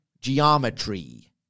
geometry